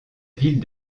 ville